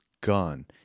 gone